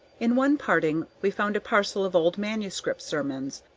in one parting we found a parcel of old manuscript sermons,